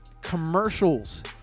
commercials